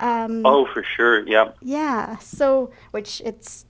for sure yeah yeah so which it's